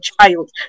child